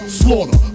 slaughter